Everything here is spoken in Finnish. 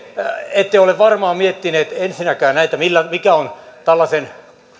ette ole varmaan miettineet ensinnäkään näitä mikä on tällaisen